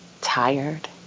tired